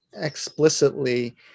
explicitly